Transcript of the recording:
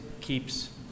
keeps